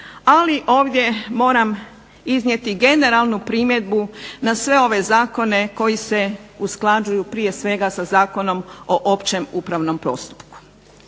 ali ovdje moram iznijeti generalnu primjedbu na sve ove zakone koji se usklađuju prije svega sa zakonom o općem upravnom postupku.